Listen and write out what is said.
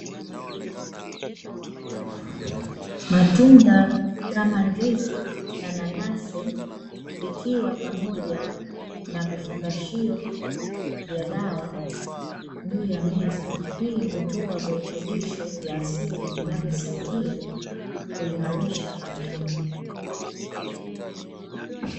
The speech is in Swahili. Matunda kama ndizi na nanasi vikiwa pamoja na vifungashio vya dawa juu ya meza. Hii hutoa virutubisho vya asili vinavyosaidia kuimarisha afya.